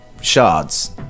shards